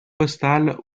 postal